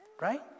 Right